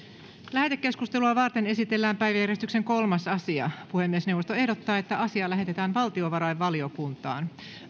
lähetekeskustelua varten esitellään päiväjärjestyksen kolmas asia puhemiesneuvosto ehdottaa että asia lähetetään valtiovarainvaliokuntaan